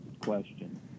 question